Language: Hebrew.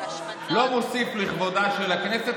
לא מוסיף לכבודה של הכנסת,